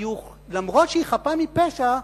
אף-על-פי שהיא חפה מפשע,